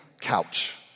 couch